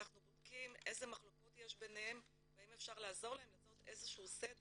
אנחנו בודקים איזה מחלוקות יש ביניהם והאם אפשר לעזור להם לעשות סדר